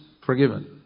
forgiven